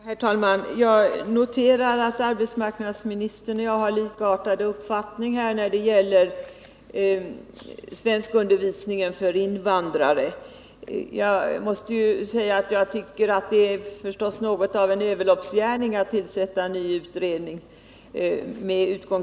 Herr talman! Jag noterar att arbetsmarknadsministern och jag har likartade uppfattningar när det gäller svenskundervisningen för invandrare. Jag tycker förstås att det är något av en överloppsgärning att tillsätta en ny utredning i frågan.